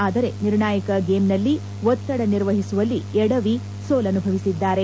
ಆದರೆ ನಿರ್ಣಾಯಕ ಗೇಮ್ ನಲ್ಲಿ ಒತ್ತಡ ನಿರ್ವಹಿಸುವಲ್ಲಿ ಎಡವಿ ಸೋಲನುಭವಿಸಿದ್ದಾರೆ